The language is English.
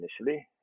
initially